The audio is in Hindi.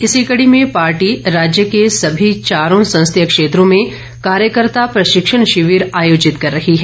इस कड़ी में पार्टी राज्य के सभी चारो संसदीय क्षेत्रो में कार्यकर्ता प्रशिक्षण शिविर आयोजित कर रही है